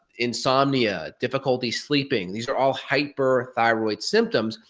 insomnia, difficulty sleeping, these are all hyperthyroid symptoms.